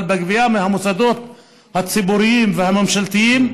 אבל הגבייה מהמוסדות הציבוריים והממשלתיים,